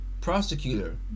prosecutor